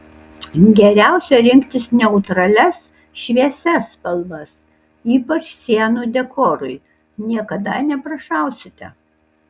geriausia rinktis neutralias šviesias spalvas ypač sienų dekorui niekada neprašausite